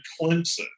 Clemson